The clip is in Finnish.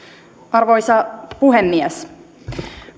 arvoisa puhemies